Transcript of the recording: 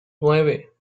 nueve